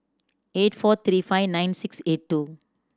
eight four three five nine six eight two